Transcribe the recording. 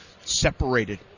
separated